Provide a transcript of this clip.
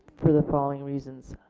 for the following reasons.